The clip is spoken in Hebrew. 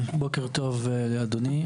בוקר טוב לאדוני.